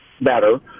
better